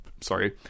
Sorry